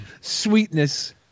Sweetness